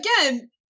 again